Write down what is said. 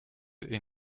est